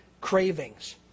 cravings